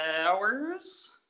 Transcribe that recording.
hours